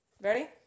Ready